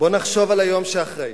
בואו נחשוב על היום שאחרי.